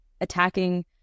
attacking